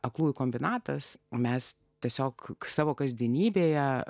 aklųjų kombinatas o mes tiesiog savo kasdienybėje